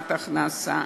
השלמת הכנסה,